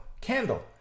candle